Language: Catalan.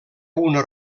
una